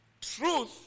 truth